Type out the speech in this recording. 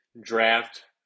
draft